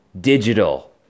digital